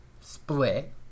split